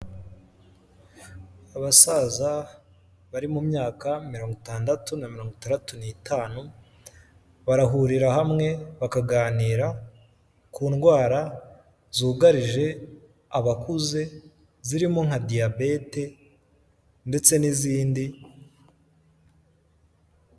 Abasaza bari mu myaka mirongo itandatu na mirongo itandatu n'itanu, barahurira hamwe bakaganira ku ndwara zugarije abakuze zirimo nka Diyabete ndetse n'izindi.